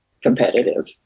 competitive